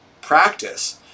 practice